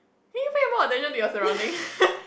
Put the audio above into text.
can you pay more attention to your surrounding